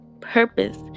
purpose